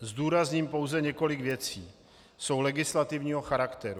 Zdůrazním pouze několik věcí, jsou legislativního charakteru.